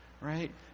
Right